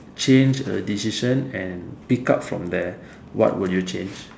change a decision and pick up from there what will you change